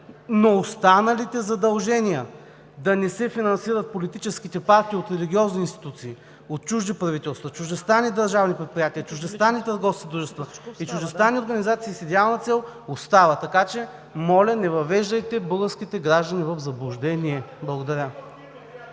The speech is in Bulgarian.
Но останалите задължения – да не се финансират политическите партии от религиозни институции, от чужди правителства, от чуждестранни държавни предприятия, от чуждестранни търговски дружества и чуждестранни организации с идеална цел, остават, така че: моля, не въвеждайте българските граждани в заблуждение! Благодаря.